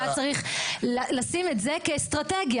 הוא היה צריך לשים את זה כאסטרטגיה.